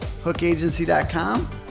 hookagency.com